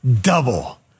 double